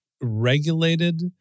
regulated